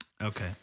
okay